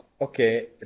okay